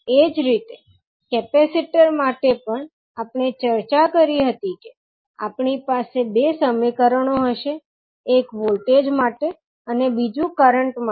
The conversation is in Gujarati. એ જ રીતે કેપેસિટર માટે પણ આપણે ચર્ચા કરી હતી કે આપણી પાસે બે સમીકરણો હશે એક વોલ્ટેજ માટે અને બીજું કરંટ માટે